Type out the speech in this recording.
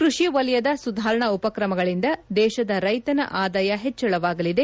ಕ್ಷಷಿ ವಲಯದ ಸುಧಾರಣಾ ಉಪಕ್ರಮಗಳಿಂದ ದೇಶದ ರೈತನ ಆದಾಯ ಹೆಚ್ನಳವಾಗಲಿದೆ